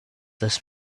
this